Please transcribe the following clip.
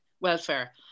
welfare